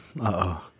Uh-oh